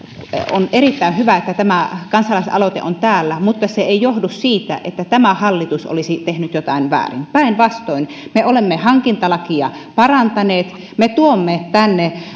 on erittäin hyvä että tämä kansalaisaloite on täällä mutta se ei johdu siitä että tämä hallitus olisi tehnyt jotain väärin päinvastoin me olemme hankintalakia parantaneet me tuomme tänne